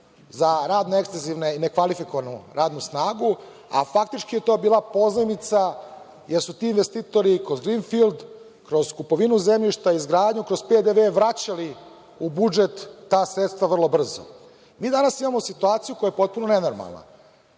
za radno ekstezivne i nekvalifikovanu radnu snagu, a faktički je to bila pozajmica, jer su ti investitori kroz greenfield, kroz kupovinu zemljišta, izgradnju, kroz PDV vraćali u budžet ta sredstva vrlo brzo. Mi danas imamo situaciju koja je potpuno nenormalna.